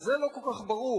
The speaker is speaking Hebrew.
גם זה לא כל כך ברור.